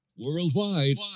Worldwide